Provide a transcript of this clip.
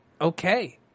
Okay